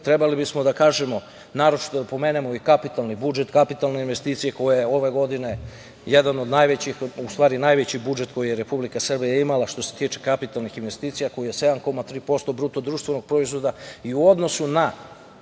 trebali bismo da kažemo i naročito da pomenemo i kapitalni budžet, kapitalne investicije, koji ove godine jedan ove godine jedan od najvećih, u stvari najveći budžet koji je Republika Srbija imala što se tiče kapitalnih investicija koji je 7,3% BDP i u odnosu na